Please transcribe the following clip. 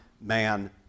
man